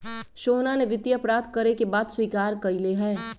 सोहना ने वित्तीय अपराध करे के बात स्वीकार्य कइले है